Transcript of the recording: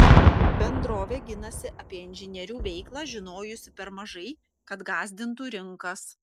bendrovė ginasi apie inžinierių veiklą žinojusi per mažai kad gąsdintų rinkas